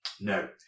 No